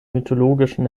mythologischen